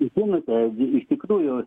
žinote iš tikrųjų